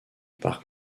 par